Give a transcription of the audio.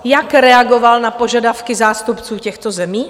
Jak reagoval na požadavky zástupců těchto zemí?